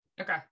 Okay